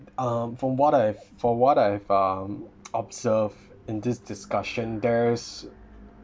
um from what I've from what I've um observed in this discussion there's